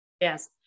Yes